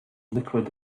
liquid